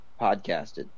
podcasted